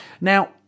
Now